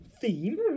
theme